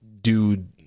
dude